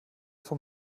vom